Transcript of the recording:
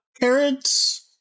carrots